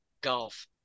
Golf